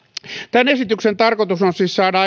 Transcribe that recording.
tämän esityksen tarkoitus on siis saada